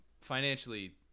Financially